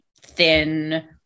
thin